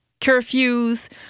curfews